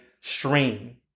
stream